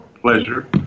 pleasure